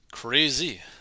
Crazy